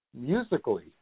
musically